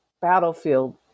battlefield